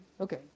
Okay